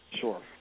Sure